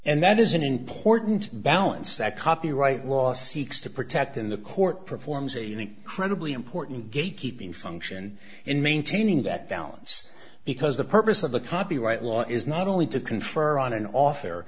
and that is an important balance that copyright law seeks to protect in the court performs a credibly important gatekeeping function in maintaining that balance because the purpose of the copyright law is not only to confer on an author